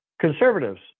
conservatives